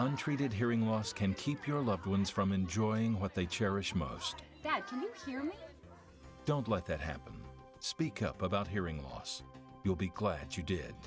untreated hearing loss can keep your loved ones from enjoying what they cherish most that you don't let that happen speak about hearing loss you'll be glad you did